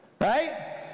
right